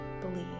believe